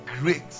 great